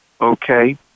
Okay